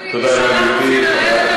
תודה רבה, גברתי.